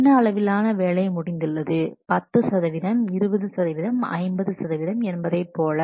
என்ன அளவிலான வேலை முடிந்துள்ளது 10 சதவீதம் 20 50 என்பதைப் போல